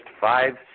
five